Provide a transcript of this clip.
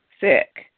sick